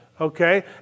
okay